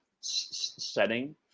setting